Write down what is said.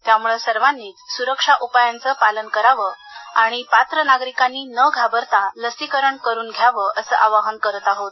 त्यामुळे सर्वांनीच सुरक्षा उपायांचं पालन करावं आणि पात्र नागरिकांनी न घाबरता लसीकरण करून घ्यावं असं आवाहन करत आहोत